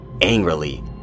angrily